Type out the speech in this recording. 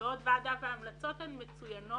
ובעוד ועדה וההמלצות הן מצוינות,